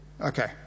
Okay